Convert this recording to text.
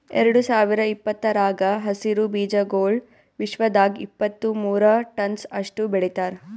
ಎರಡು ಸಾವಿರ ಇಪ್ಪತ್ತರಾಗ ಹಸಿರು ಬೀಜಾಗೋಳ್ ವಿಶ್ವದಾಗ್ ಇಪ್ಪತ್ತು ಮೂರ ಟನ್ಸ್ ಅಷ್ಟು ಬೆಳಿತಾರ್